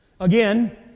Again